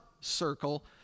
circle